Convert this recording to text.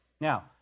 Now